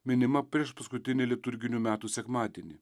minima priešpaskutinį liturginių metų sekmadienį